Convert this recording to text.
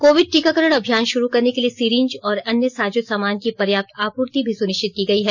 Covid टीकाकरण अमियान शुरू करने के लिए सीरिंज और अन्य साजो सामान की पर्याप्त आपूर्ति भी सुनिश्चित की गई है